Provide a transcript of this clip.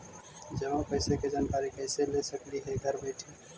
जमा पैसे के जानकारी कैसे ले सकली हे घर बैठे?